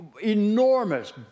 enormous